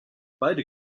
beide